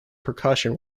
percussion